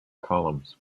columns